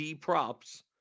props